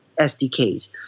SDKs